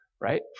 right